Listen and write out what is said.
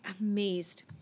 amazed